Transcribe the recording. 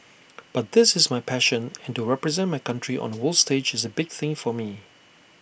but this is my passion and to represent my country on A world stage is A big thing for me